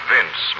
Vince